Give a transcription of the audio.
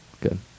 good